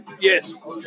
Yes